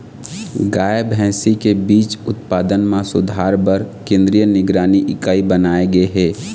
गाय, भइसी के बीज उत्पादन म सुधार बर केंद्रीय निगरानी इकाई बनाए गे हे